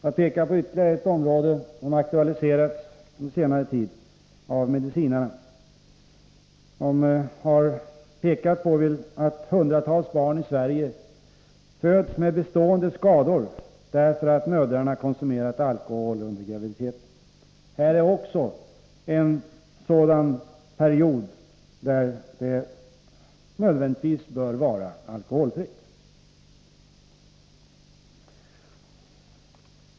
Jag vill framhålla ytterligare ett område som aktualiserats på senare tid av medicinarna. De har pekat på att hundratals barn i Sverige föds med bestående skador, därför att mödrarna konsumerat alkohol under graviditeten. Det är också en sådan period som nödvändigtvis bör vara alkoholfri.